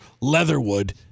Leatherwood